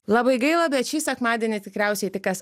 labai gaila bet šį sekmadienį tikriausiai tik kas